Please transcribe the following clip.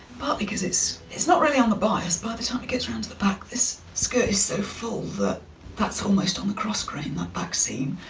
but, because it's it's not really on the bias by the time it gets around to the back. this skirt is so full that that's almost on the cross grain that back seam.